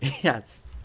Yes